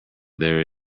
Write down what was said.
there